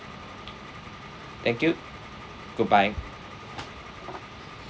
thank you goodbye